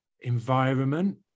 environment